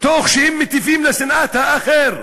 תוך שהם מטיפים לשנאת האחר.